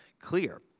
clear